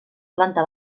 planta